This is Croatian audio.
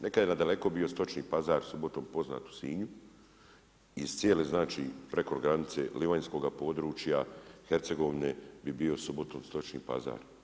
Nekad je nadaleko bio stočni Pazar subotom poznat u Sinju iz cijele znači, preko granice Livanjskoga područja, Hercegovine bi bio subotom stočni pazar.